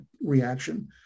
reaction